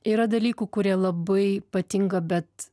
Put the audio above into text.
yra dalykų kurie labai patinka bet